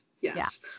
yes